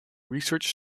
research